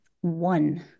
one